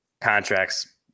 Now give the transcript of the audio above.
contracts